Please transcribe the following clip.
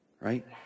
right